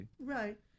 Right